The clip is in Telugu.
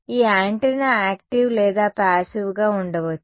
ఈ యాంటెన్నా యాక్టీవ్ లేదా ప్యాసివ్ గా ఉండవచ్చు